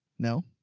no,